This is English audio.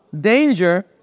danger